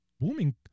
booming